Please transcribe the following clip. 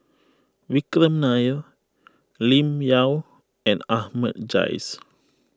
Vikram Nair Lim Yau and Ahmad Jais